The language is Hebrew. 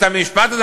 את המשפט הזה,